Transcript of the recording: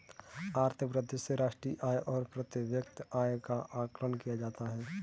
आर्थिक वृद्धि से राष्ट्रीय आय और प्रति व्यक्ति आय का आकलन किया जाता है